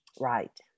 Right